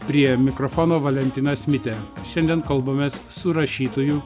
prie mikrofono valentinas mitė šiandien kalbamės su rašytoju